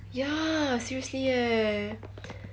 ya seriously eh